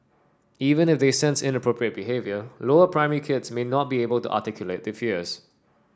even if they sense inappropriate behaviour lower primary kids may not be able to articulate their fears